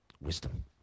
wisdom